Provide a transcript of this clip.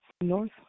north